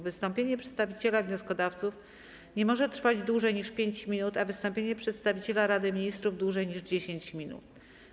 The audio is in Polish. Wystąpienie przedstawiciela wnioskodawców nie może trwać dłużej niż 5 minut, a wystąpienie przedstawiciela Rady Ministrów - dłużej niż 10 minut.